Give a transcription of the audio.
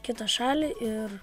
kitą šalį ir